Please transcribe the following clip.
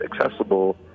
accessible